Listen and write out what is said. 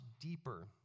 deeper